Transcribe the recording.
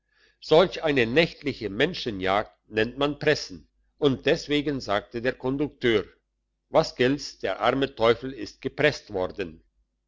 solch eine nächtliche menschenjagd nennt man pressen und deswegen sagte der kondukteur was gilt's der arme teufel ist gepresst worden